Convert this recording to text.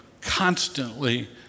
constantly